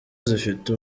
zifite